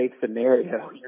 scenario